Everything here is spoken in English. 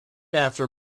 after